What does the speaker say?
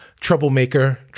troublemaker